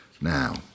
Now